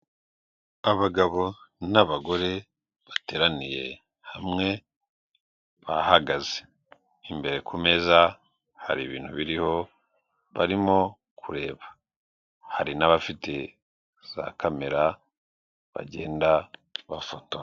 Abagabo n'abagore bateraniye hamwe bahagaze imbere ku meza hari ibintu biriho barimo kureba hari n'abafite za kamera bagenda bafotora.